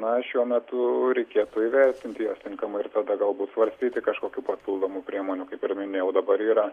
na šiuo metu reikėtų įvertinti juos tinkamai ir tada galbūt svarstyti kažkokių papildomų priemonių kaip ir minėjau dabar yra